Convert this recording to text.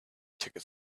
ticket